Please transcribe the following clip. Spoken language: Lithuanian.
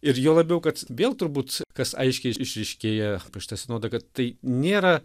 ir juo labiau kad vėl turbūt kas aiškiai išryškėja apie šitą sinodą kad tai nėra